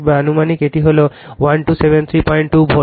আনুমানিক এটি হল 12732 ভোল্ট